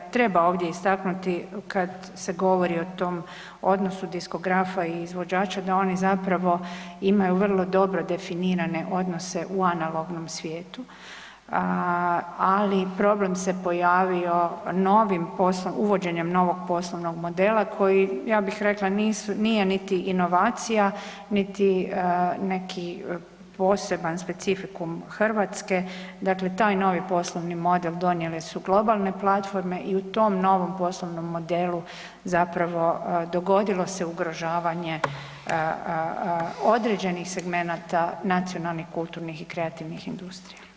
Treba ovdje istaknuti kad se govori o tom odnosu diskografa i izvođača da oni zapravo imaju vrlo dobro definirane odnose u analognom svijetu, ali problem se pojavio uvođenjem novog poslovnog modela koji, ja bih rekla, nije niti inovacija, niti neki poseban specifikum Hrvatske, dakle taj novi poslovni model donijele su globalne platforme i u tom novom poslovnom modelu zapravo dogodilo se ugrožavanje određenih segmenata nacionalnih kulturnih i kreativnih industrija.